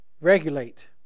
regulate